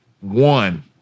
one